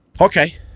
Okay